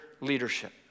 leadership